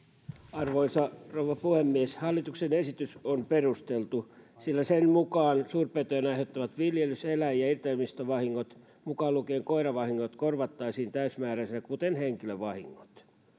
arvoisa rouva puhemies hallituksen esitys on perusteltu sillä sen mukaan suurpetojen aiheuttamat viljelys eläin ja irtaimistovahingot mukaan lukien koiravahingot korvattaisiin täysimääräisenä kuten henkilövahingot